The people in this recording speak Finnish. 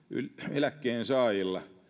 eläkkeensaajilla